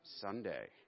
Sunday